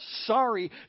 sorry